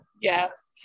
yes